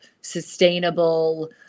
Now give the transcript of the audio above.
sustainable